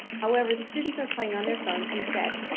however, the students are playing on their phones instead.